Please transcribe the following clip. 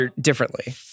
differently